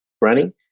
running